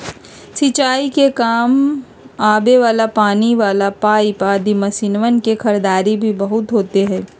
सिंचाई के काम आवे वाला पानी वाला पाईप आदि मशीनवन के खरीदारी भी बहुत होते हई